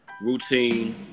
routine